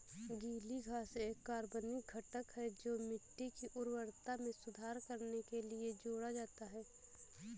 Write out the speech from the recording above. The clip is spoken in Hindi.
गीली घास एक कार्बनिक घटक है जो मिट्टी की उर्वरता में सुधार करने के लिए जोड़ा जाता है